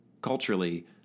Culturally